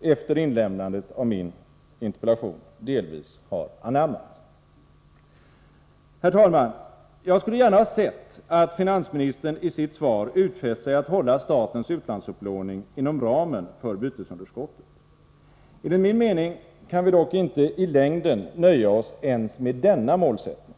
efter inlämnandet av min interpellation delvis har anammat. Herr talman! Jag skulle gärna ha sett att finansministern i sitt svar utfäst sig att hålla statens utlandsupplåning inom ramen för bytesunderskottet. Enligt min mening kan vi dock inte i längden nöja oss ens med denna målsättning.